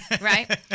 right